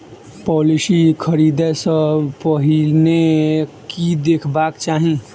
Policy खरीदै सँ पहिने की देखबाक चाहि?